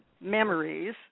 memories